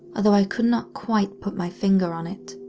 although i could not quite put my finger on it.